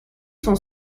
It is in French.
sont